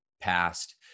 passed